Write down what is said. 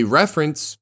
reference